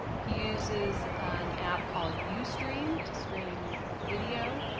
he uses an app called ustream to stream video.